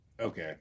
okay